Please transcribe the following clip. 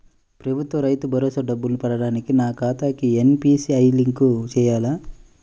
ప్రభుత్వ రైతు భరోసా డబ్బులు పడటానికి నా ఖాతాకి ఎన్.పీ.సి.ఐ లింక్ చేయాలా?